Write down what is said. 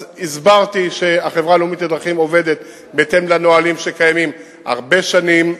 אז הסברתי שהחברה הלאומית לדרכים עובדת בהתאם לנהלים שקיימים הרבה שנים.